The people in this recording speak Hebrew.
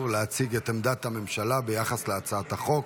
להציג את עמדת הממשלה ביחס להצעת החוק.